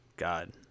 god